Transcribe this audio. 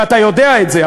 ואתה יודע את זה.